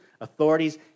authorities